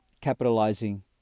capitalizing